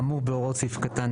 אחרי סעיף קטן